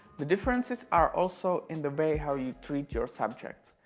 the differences are also in the way how you treat your subjects.